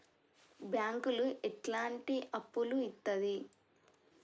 బ్యాంకులు ఎట్లాంటి అప్పులు ఇత్తది?